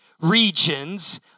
regions